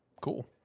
cool